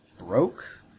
broke